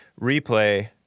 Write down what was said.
Replay